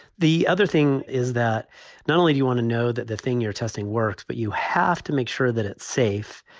the other thing is that not only do you want to know that the thing you're testing works, but you have to make sure that it's safe.